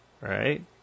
right